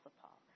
Paul